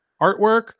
artwork